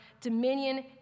dominion